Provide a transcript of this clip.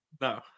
No